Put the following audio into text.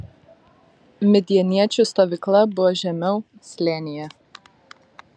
midjaniečių stovykla buvo žemiau slėnyje